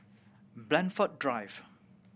Blandford Drive